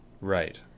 Right